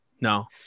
No